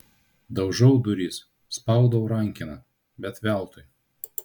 daužau duris spaudau rankeną bet veltui